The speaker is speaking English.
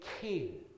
king